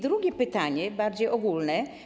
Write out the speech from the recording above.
Drugie pytanie, bardziej ogólne.